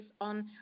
on